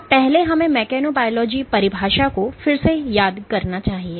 तो पहले हमें मेकेनोबायोलॉजी परिभाषा को फिर से याद करना चाहिए